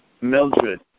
Mildred